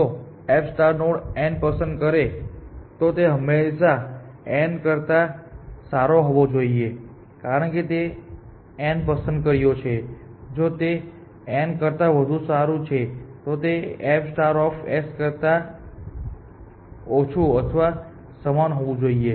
જો F node n પસંદ કરે છે તો તે હંમેશાં n કરતા સારો હોવો જોઈએ કારણ કે તેણે n પસંદ કર્યો છે અને જો તે n કરતા વધુ સારું છે તો તે f કરતા ઓછું અથવા સમાન હોવું જોઈએ